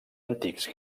antics